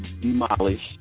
demolished